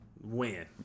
Win